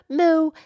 Moo